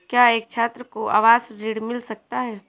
क्या एक छात्र को आवास ऋण मिल सकता है?